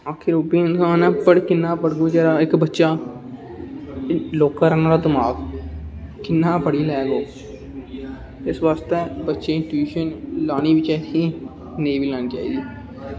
पढ़ाओ किन्ना पढ़ी जाह्ग इक्क बच्चा लौह्का नुहाड़ा दमाग कियां पढ़ी लैग इस बास्तै बच्चें गी ट्यूशन लानी चाहिदी जां नेईं लानी चाहिदी